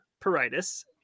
paritis